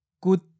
Good